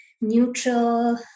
neutral